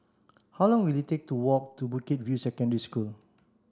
how long will it take to walk to Bukit View Secondary School